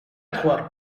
trois